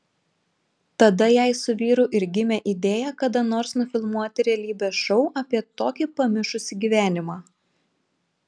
tada jai su vyru ir gimė idėja kada nors nufilmuoti realybės šou apie tokį pamišusį gyvenimą